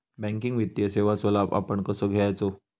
Banking वित्तीय सेवाचो लाभ आपण कसो घेयाचो?